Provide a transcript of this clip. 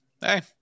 hey